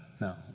no